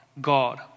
God